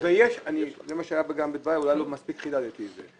אולי לא מספיק חידדתי את דבריי.